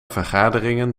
vergaderingen